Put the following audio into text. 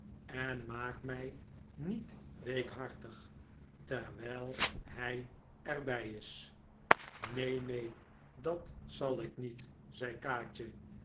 en maak mij niet weekhartig terwijl h ij er bij is neen neen dat zal ik niet zei kaatje